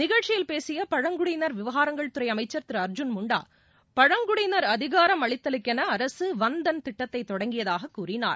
நிகழ்ச்சியில் பேசிய பழங்குடியினர் விவகாரங்கள் துறை அமைச்சர் திரு அர்ஜுன் முண்டா பழங்குடியினர் அதிகாரம் அளித்தலுக்கென அரசு வள் தன் திட்டத்தை தொடங்கியதாக கூறினார்